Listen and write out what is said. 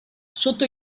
sotto